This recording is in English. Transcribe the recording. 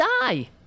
die